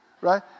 right